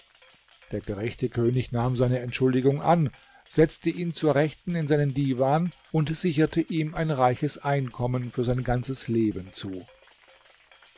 der gerechte könig nahm seine entschuldigung an setzte ihn zur rechten in seinem divan und sicherte ihm ein reiches einkommen für sein ganzes leben zu